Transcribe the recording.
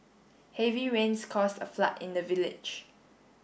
heavy rains caused a flood in the village